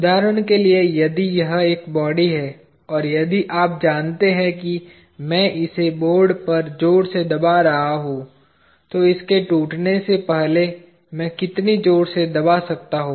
उदाहरण के लिए यदि यह एक बॉडी है और यदि आप जानते हैं कि मैं इसे बोर्ड पर जोर से दबा रहा हूं तो इसके टूटने से पहले मैं कितनी जोर से दबा सकता हूं